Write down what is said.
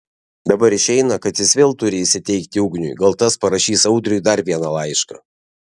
dabar išeina kad jis vėl turi įsiteikti ugniui gal tas parašys audriui dar vieną laišką